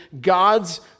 God's